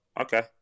Okay